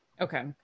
Okay